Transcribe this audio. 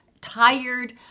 tired